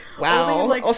Wow